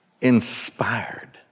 inspired